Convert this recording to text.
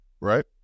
Right